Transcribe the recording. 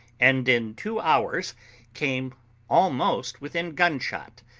and in two hours came almost within gunshot.